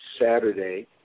Saturday